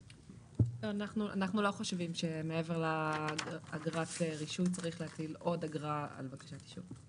אנחנו לא חושבים שמעבר לאגרת רישוי צריך להחיל עוד אגרה על בקשת אישור.